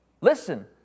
Listen